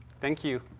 thank you.